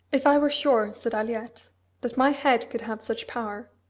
if i were sure, said aliette, that my head could have such power,